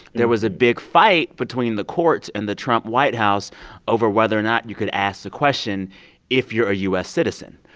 there was a big fight between the courts and the trump white house over whether or not you could ask the question if you're a u s. citizen.